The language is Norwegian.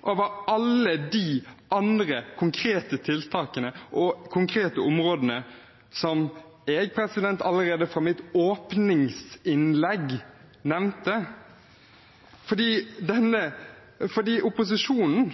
over alle de andre konkrete tiltakene og konkrete områdene som jeg nevnte allerede i mitt åpningsinnlegg. Opposisjonen